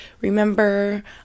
remember